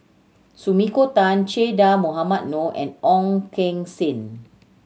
Sumiko Tan Che Dah Mohamed Noor and Ong Keng Sen